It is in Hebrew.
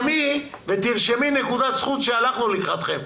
תקראי גם את השני ותרשמי נקודת זכות שהלכנו לקראתכם,